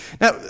Now